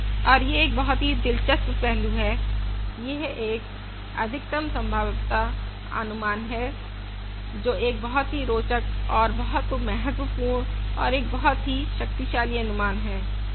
और यह एक बहुत ही दिलचस्प पहलू है यह एक अधिकतम संभाव्यता अनुमान है जो एक बहुत ही रोचक और बहुत महत्वपूर्ण और एक बहुत ही शक्तिशाली अनुमान है